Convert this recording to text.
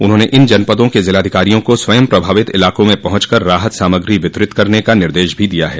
उन्होंन इन जनपदों के ज़िलाधिकारियों को स्वयं प्रभावित इलाकों में पहुंच कर राहत सामग्री वितरित करने का निर्देश भी दिया है